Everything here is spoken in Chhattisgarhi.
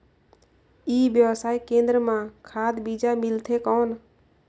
ई व्यवसाय केंद्र मां खाद बीजा मिलथे कौन?